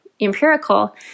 empirical